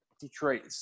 Detroit